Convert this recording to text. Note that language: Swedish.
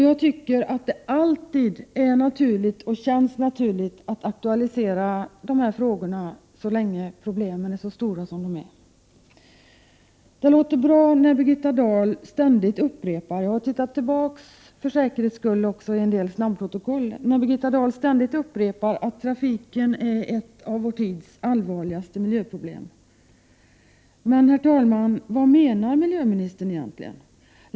Jag tycker att det känns naturligt att aktualisera de här frågorna så länge problemen är så stora som de är. Det låter bra när Birgitta Dahl ständigt upprepar — jag har tittat tillbaka i en del snabbprotokoll för att få det bekräftat — att trafiken är ett av vår tids allvarligaste miljöproblem. Men, herr talman, vad menar miljöministern egentligen?